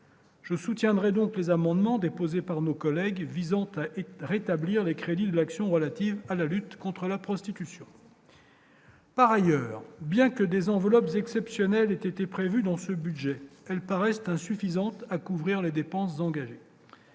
je soutiendrai donc les amendements déposés par nos collègues visant à rétablir les crédits de l'action relative à la lutte contre la prostitution. Par ailleurs, bien que des enveloppes exceptionnelles étaient prévues dans ce budget, elles paraissent insuffisantes à couvrir les dépenses engagées.